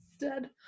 Dead